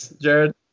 Jared